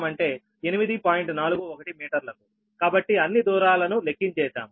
41 మీటర్లకు అన్ని దూరాలను లెక్కించేశాము